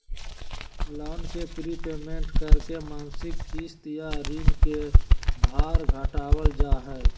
loan के prepayment करके मासिक किस्त या ऋण के भार घटावल जा हय